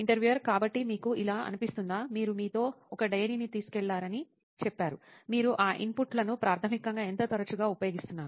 interviewer కాబట్టి మీకు ఇలా అనిపిస్తుందా మీరు మీతో ఒక డైరీని తీసుకెళ్లారని చెప్పారు మీరు ఆ ఇన్పుట్లను ప్రాథమికంగా ఎంత తరచుగా ఉపయోగిస్తున్నారు